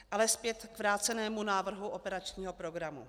Ale zpět k vrácenému návrhu operačního programu.